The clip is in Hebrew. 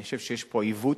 אני חושב שיש פה עיוות.